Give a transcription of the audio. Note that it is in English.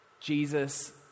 Jesus